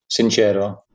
Sincero